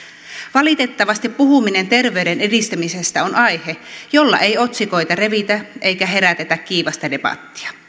valitettavasti puhuminen terveyden edistämisestä on aihe jolla ei otsikoita revitä eikä herätetä kiivasta debattia